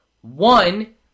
one